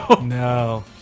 No